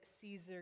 caesar